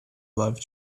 love